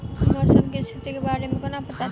मौसम केँ स्थिति केँ बारे मे कोना पत्ता चलितै?